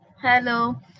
hello